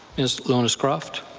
ms. lohnes-croft.